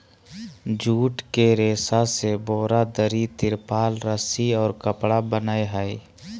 jute के रेशा से बोरा, दरी, तिरपाल, रस्सि और कपड़ा बनय हइ